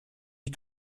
dit